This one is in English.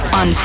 on